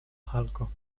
halko